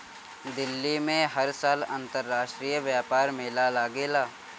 दिल्ली में हर साल अंतरराष्ट्रीय व्यापार मेला लागेला